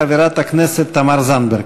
חברת הכנסת תמר זנדברג.